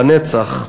לנצח.